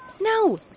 No